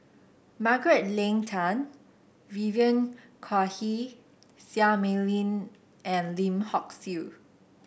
Margaret Leng Tan Vivien Quahe Seah Mei Lin and Lim Hock Siew